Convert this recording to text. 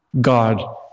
God